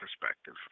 perspective